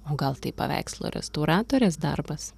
o gal tai paveikslo restauratorės darbas